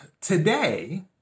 Today